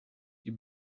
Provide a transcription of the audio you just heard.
die